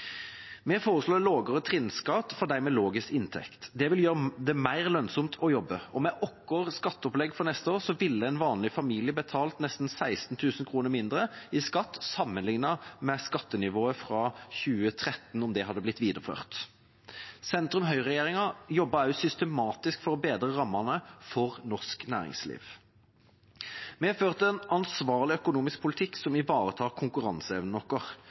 Vi foreslo lavere trinnskatt for dem med lavest inntekt. Det vil gjøre det mer lønnsomt å jobbe. Og med vårt skatteopplegg for neste år ville en vanlig familie betalt nesten 16 000 kr mindre i skatt sammenlignet med skattenivået fra 2013, om det hadde blitt videreført. Sentrum–høyre-regjeringa jobbet også systematisk for å bedre rammene for norsk næringsliv. Vi har ført en ansvarlig økonomisk politikk som ivaretar konkurranseevnen vår.